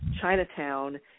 Chinatown